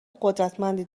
قدرتمندی